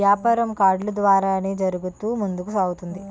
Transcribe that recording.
యాపారం కార్డులు ద్వారానే జరుగుతూ ముందుకు సాగుతున్నది